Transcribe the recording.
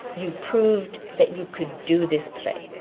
you proved that you could do this play.